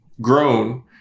grown